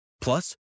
Plus